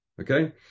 Okay